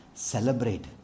Celebrate